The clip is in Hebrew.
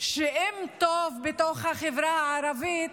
שאם טוב בתוך החברה הערבית,